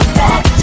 back